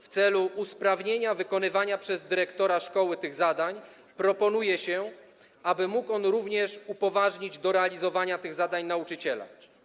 W celu usprawnienia wykonywania przez dyrektora szkoły tych zadań proponuje się, aby mógł on również upoważnić do realizowania tych zadań nauczyciela.